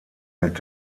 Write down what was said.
mit